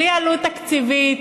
בלי עלות תקציבית,